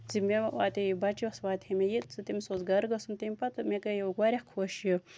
زِ مےٚ واتہِ ہے بَچَس واتہِ ہے مےٚ یہِ تٔمِس اوس گرٕ گژھُن تَمہِ پَتہٕ مےٚ کَریو واریاہ خۄش یہِ